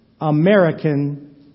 American